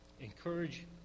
Encourage